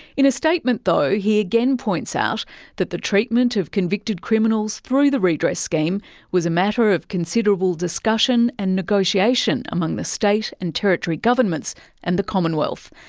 in a statement though he again points out that the treatment of convicted criminals through the redress scheme was a matter of considerable discussion and negotiation among the state and territory governments and the commonwealth.